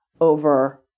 over